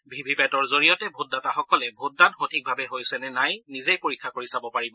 ভিভিপেটৰ জৰিয়তে ভোটদাতাসকলে ভোটদান সঠিকভাৱে হৈছে নে নাই নিজেই পৰীক্ষা কৰি চাব পাৰিব